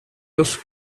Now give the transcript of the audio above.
los